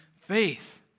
faith